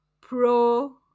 pro